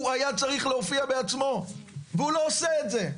הוא היה צריך להופיע בעצמו והוא לא עושה את זה.